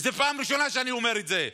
וזו הפעם הראשונה שאני אומר את זה.